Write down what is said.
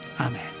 Amen